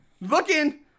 looking